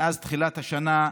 מאז תחילת השנה,